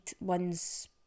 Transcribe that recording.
one's